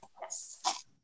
Yes